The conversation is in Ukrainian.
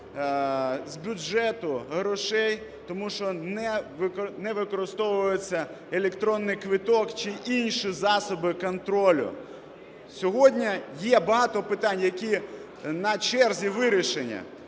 з бюджету грошей, тому що не використовується електронний квиток чи інші засоби контролю. Сьогодні є багато питань, які на черзі вирішення.